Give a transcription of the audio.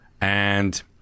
And-